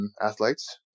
athletes